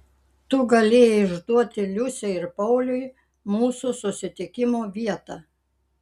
tu galėjai išduoti liusei ir pauliui mūsų susitikimo vietą